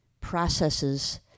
processes